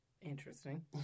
interesting